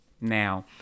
Now